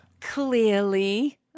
Clearly